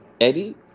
Eddie